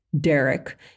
Derek